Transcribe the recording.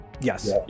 Yes